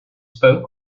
spoke